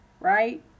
right